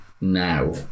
Now